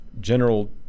general